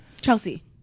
Chelsea